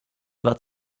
war